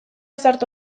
sartu